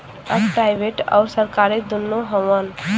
अब प्राइवेट अउर सरकारी दुन्नो हउवन